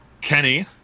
Kenny